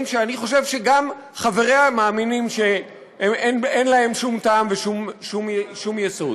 שאני חושב שגם חבריה מאמינים שאין להם שום טעם ושום יסוד.